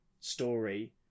story